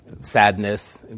sadness